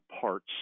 Parts